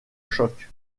choc